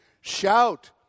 Shout